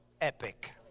epic